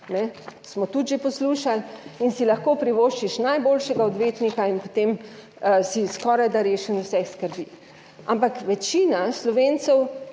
smo tudi že poslušali in si lahko privoščiš najboljšega odvetnika in potem si skorajda rešen vseh skrbi. Ampak večina Slovencev